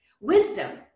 Wisdom